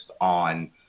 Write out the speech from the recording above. on